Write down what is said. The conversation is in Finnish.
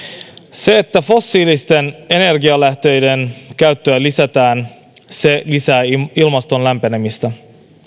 se että fossiilisten energialähteiden käyttöä lisätään lisää ilmaston lämpenemistä